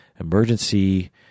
emergency